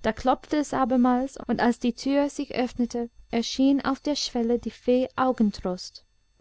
da klopfte es abermals und als die tür sich öffnete erschien auf der schwelle die fee augentrost